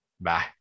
Bye